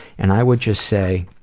and i would just say,